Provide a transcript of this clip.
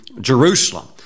Jerusalem